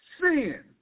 Sin